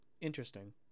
interesting